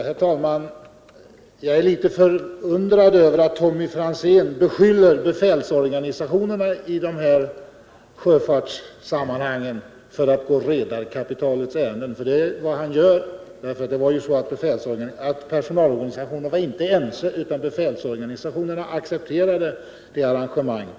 Herr talman! Jag är litet förundrad över att Tommy Franzén i dessa sjöfartssammanhang beskyller befälsorganisationerna för att gå redarkapitalets ärenden, för det är vad han gör. Det var så att personalorganisationen inte var ense, och befälsorganisationerna accepterade det skildrade arrangemanget.